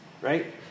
right